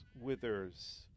withers